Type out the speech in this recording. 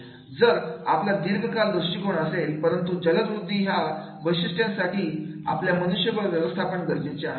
जर आपला दीर्घकालीन दृष्टिकोन असेल परंतु जलद वृद्धि ह्या वैशिष्ट्या साठी आपल्याला मनुष्यबळ व्यवस्थापन गरजेचे आहे